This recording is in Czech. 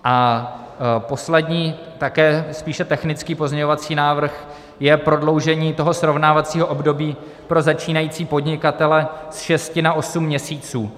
A poslední, také spíše technický pozměňovací návrh je prodloužení toho srovnávacího období pro začínající podnikatele z šesti na osm měsíců.